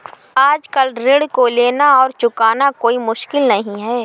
आजकल ऋण को लेना और चुकाना कोई मुश्किल नहीं है